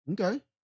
Okay